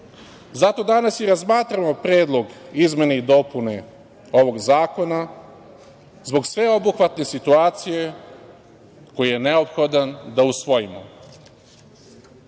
danas i razmatramo predlog izmena i dopuna ovog zakona, zbog sveobuhvatne situacije, koji je neophodan da usvojimo.